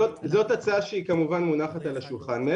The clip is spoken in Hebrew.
זאת הצעה שמונחת על השולחן, כמובן.